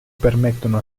permettono